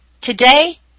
today